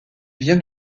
vient